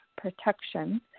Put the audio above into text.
protection